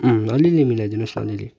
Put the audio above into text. अम् अलिअलि मिलाइ दिनुहोस् न अलिअलि